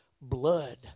blood